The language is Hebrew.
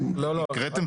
הקרקע,